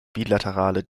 bilaterale